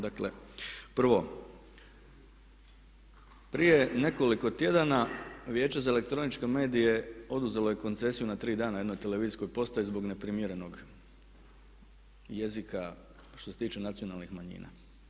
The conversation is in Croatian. Dakle 1. prije nekoliko tjedana Vijeće za elektroničke medije oduzelo je koncesiju na 3 dana jednoj televizijskoj postaji zbog neprimjerenog jezika što se tiče nacionalnih manjina.